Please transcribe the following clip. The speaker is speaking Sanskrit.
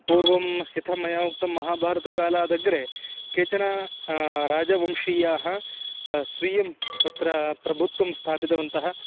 पूर्वं यथा मया उक्तं महाभारतकालादग्रे केचना राजवंशीयाः स्वीयं तत्र प्रभुत्वं स्थापितवन्तः